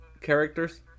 characters